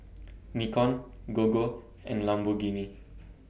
Nikon Gogo and Lamborghini